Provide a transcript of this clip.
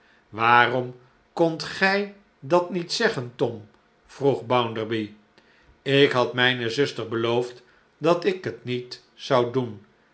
waarom kondt gij dat niet zeggen tom vroeg bounderby ik had mijne zuster beloofd dat ik het niet zou doen